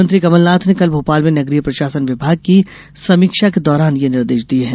मुख्यमंत्री कमलनाथ ने कल भोपाल में नगरीय प्रशासन विभाग की समीक्षा के दौरान यह निर्देश दिये है